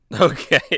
Okay